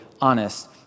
honest